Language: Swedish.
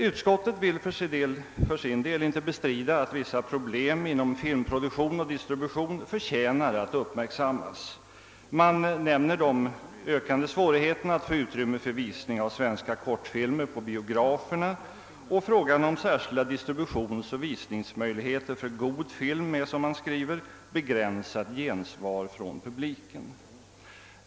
Utskottet vill för sin del inte bestrida att vissa problem inom filmproduktion och filmdistribution förtjänar att uppmärksammas. Utskottet nämner de ökande svårigheterna att få utrymme för visning av svenska kortfilmer på biograferna och frågan om särskilda distributionsoch visningsmöjligheter för god film med, som man skriver, begränsat gensvar från publiken.